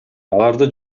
аларды